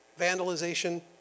vandalization